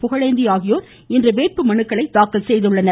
புகழேந்தி ஆகியோர் இன்று வேட்புமனு தாக்கல் செய்தனர்